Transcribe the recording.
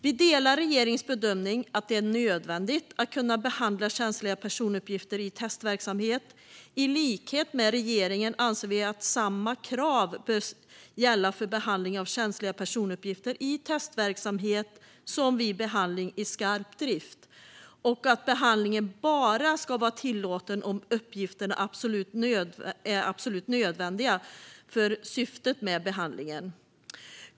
Vi delar regeringens bedömning att det är nödvändigt att kunna behandla känsliga personuppgifter i testverksamhet. I likhet med regeringen anser vi att samma krav bör gälla för behandling av känsliga personuppgifter i testverksamhet som vid behandling i skarp drift och att behandlingen bara ska vara tillåten om uppgifterna är absolut nödvändiga för syftet med behandlingen.